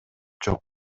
жок